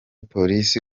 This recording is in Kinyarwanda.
polisi